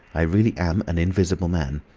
i really am an invisible man.